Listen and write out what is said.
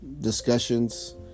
discussions